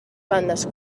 bandes